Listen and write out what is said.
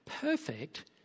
perfect